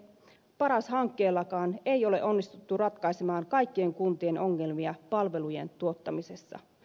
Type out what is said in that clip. paras hankkeellakaan ei ole onnistuttu ratkaisemaan kaikkien kuntien ongelmia palvelujen tuottamisessa